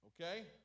Okay